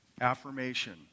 affirmation